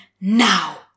now